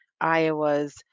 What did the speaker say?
Iowa's